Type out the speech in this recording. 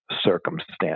circumstance